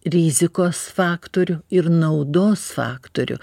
rizikos faktorių ir naudos faktorių